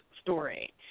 story